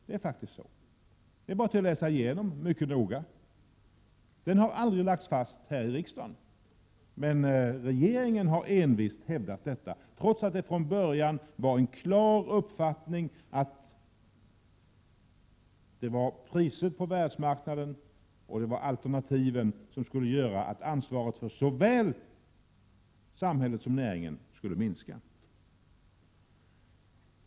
Det är bara att mycket noga läsa igenom vad utskottet har skrivit för att finna att ett förslag om en sådan avtrappning aldrig har lagts fram här i riksdagen. Men regeringen har envist hävdat det, trots att det från början förelåg en klar uppfattning om att en förutsättning för att ansvaret för såväl näringen som samhället skulle minska var en förmånligare utveckling av världsmarknadspriserna och ökade möjligheter till alternativ.